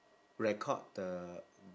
record the